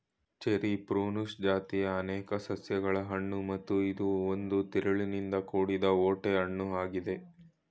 cherry Prunus ಜಾತಿಯ ಅನೇಕ ಸಸ್ಯಗಳ ಹಣ್ಣು ಮತ್ತು ಇದು ಒಂದು ತಿರುಳಿನಿಂದ ಕೂಡಿದ ಓಟೆ ಹಣ್ಣು ಆಗಿದೆ